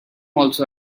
also